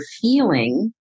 feeling